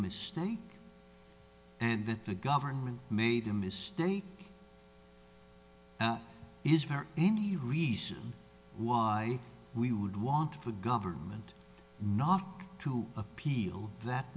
mistake and that the government made a mistake is for any reason why we would want for the government not to appeal that